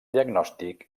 diagnòstic